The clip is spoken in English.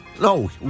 No